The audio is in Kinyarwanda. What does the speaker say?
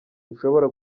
bishobora